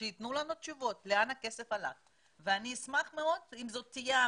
שייתנו לנו תשובות ויאמרו לנו לאן הכסף הלך.